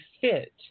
fit